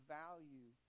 value